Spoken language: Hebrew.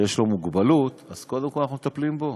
שיש לו מוגבלות, קודם כול אנחנו מטפלים בו,